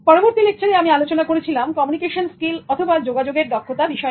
পরবর্তী লেকচারে আমি আলোচনা করেছিলাম কমিউনিকেশন স্কিল অথবা যোগাযোগের দক্ষতা বিষয় নিয়ে